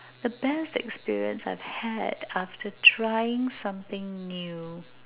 the best experience I've had after trying something new